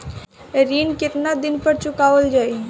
ऋण केतना दिन पर चुकवाल जाइ?